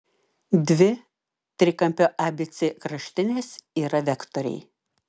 dvi trikampio abc kraštinės yra vektoriai